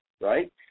right